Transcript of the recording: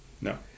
No